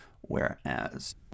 whereas